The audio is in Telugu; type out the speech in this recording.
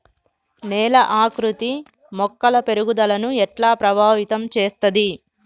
నేల ఆకృతి మొక్కల పెరుగుదలను ఎట్లా ప్రభావితం చేస్తది?